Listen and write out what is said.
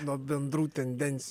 nuo bendrų tendenci